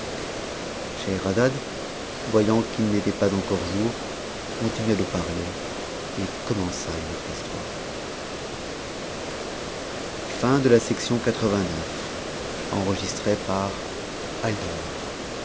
scheherazade voyant qu'it n'était pas encore jour continua de parler et commença une autre histoire